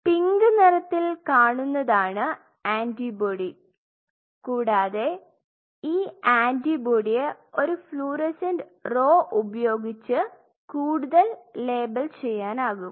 pink നിറത്തിൽ കാണുന്നതാണ് antibody കൂടാതെ ഈ ആന്റിബോഡിയെ ഒരു ഫ്ലൂറസെന്റ് റോ ഉപയോഗിച്ച് കൂടുതൽ ലേബൽ ചെയ്യാനാകും